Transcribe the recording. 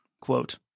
Quote